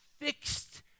fixed